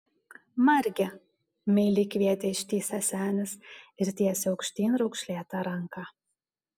marge meiliai kvietė ištįsęs senis ir tiesė aukštyn raukšlėtą ranką